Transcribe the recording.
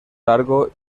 largo